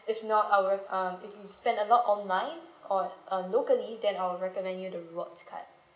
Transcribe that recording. if not I'll uh if you spend a lot online or uh locally then I'll recommend you the rewards card